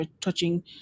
touching